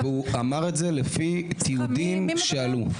הוא אמר את זה על פי תיעוד שעלה.